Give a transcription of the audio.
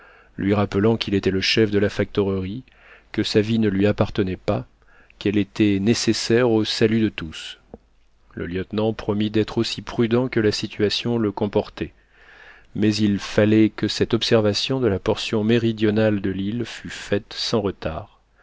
lui rappelant qu'il était le chef de la factorerie que sa vie ne lui appartenait pas qu'elle était nécessaire au salut de tous le lieutenant promit d'être aussi prudent que la situation le comportait mais il fallait que cette observation de la portion méridionale de l'île fût faite sans retard